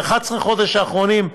ב-11 החודשים האחרונים,